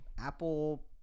Apple